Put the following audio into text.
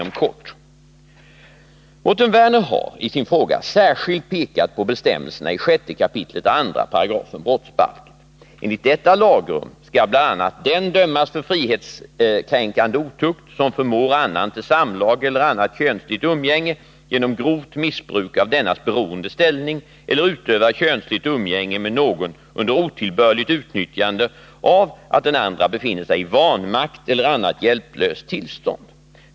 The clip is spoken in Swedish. Mårten Werner har i sin fråga särskilt pekat på bestämmelserna i 6 kap. 2 § brottsbalken. Enligt detta lagrum skall bl.a. den dömas för frihetskränkande otukt som förmår annan till samlag eller annat könsligt umgänge genom grovt missbruk av dennas beroende ställning eller utövar könsligt umgänge med någon under otillbörligt utnyttjande av att den andra befinner sig i vanmakt eller annat hjälplöst tillstånd.